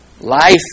Life